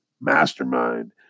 Mastermind